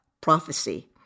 Prophecy